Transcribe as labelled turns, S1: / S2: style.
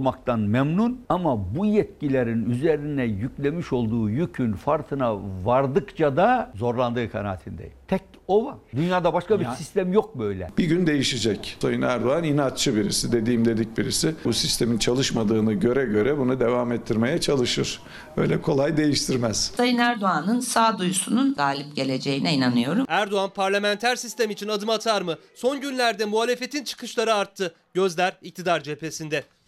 S1: olmaktan memnun ama bu yetkilerin üzerine yüklemiş olduğu yükün farkına vardıkça da zorlandığı kanaatindeyim. Tek o var. Dünyada başka bir
S2: Ya-
S1: sistem yok böyle.
S3: Bir gün değişecek. Sayın Erdoğan inatçı birisi, dediğim dedik birisi. Bu sistemin çalışmadığını göre göre bunu devam ettirmeye çalışır. Öyle kolay değiştirmez.
S4: Sayın Erdoğan'ın sağduyusunun galip geleceğine inanıyorum.
S2: Erdoğan parlamenter sistem için adım atar mı? Son günlerde muhalefetin çıkışları arttı. Gözler iktidar cephesinde.